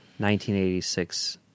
1986